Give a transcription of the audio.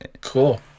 cool